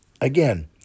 again